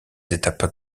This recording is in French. étapes